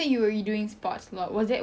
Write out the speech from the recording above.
I have to be fit